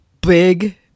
Big